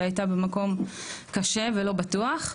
שהייתה במקום קשה ולא בטוח.